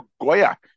Goya